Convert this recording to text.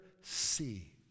see